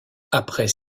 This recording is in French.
après